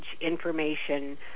information